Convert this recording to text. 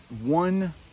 one